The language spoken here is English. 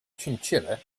chinchilla